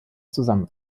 zusammen